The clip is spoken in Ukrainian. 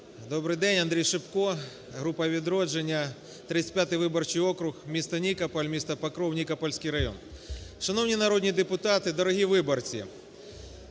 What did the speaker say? Добрий день! Андрій Шипко, група "Відродження", 35 виборчий округ, місто Нікополь, місто Покров, Нікопольський район. Шановні народні депутати, дорогі виборці!